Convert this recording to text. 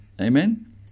amen